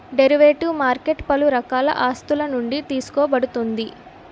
derivative market పలు రకాల ఆస్తులునుండి తీసుకోబడుతుంది